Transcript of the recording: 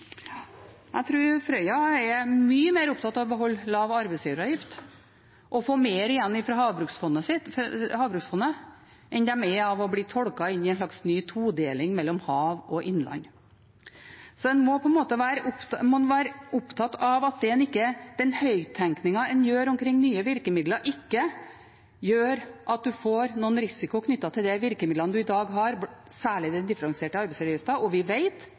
Jeg tror Frøya er mye mer opptatt av å beholde lav arbeidsgiveravgift og få mer igjen fra havbruksfondet enn de er av å bli tolket inn i en slags ny todeling mellom hav og innland. Så en må være opptatt av at den høyttenkningen en gjør omkring nye virkemidler, ikke gjør at en får noen risiko knyttet til de virkemidlene en har i dag, særlig den differensierte arbeidsgiveravgiften. Vi vet at EU neste år skal revurdere og gjennomgå sin distriktspolitikk, og vi